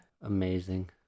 Amazing